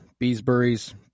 beesbury's